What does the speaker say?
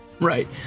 Right